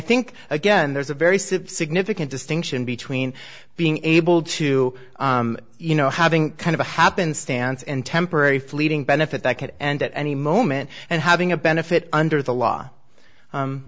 think again there's a very simpson if you can distinction between being able to you know having kind of a happenstance and temporary fleeting benefit that could end at any moment and having a benefit under the law